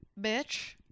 Bitch